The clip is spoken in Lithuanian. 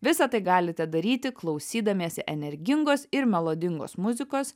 visa tai galite daryti klausydamiesi energingos ir melodingos muzikos